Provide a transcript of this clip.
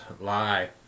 lie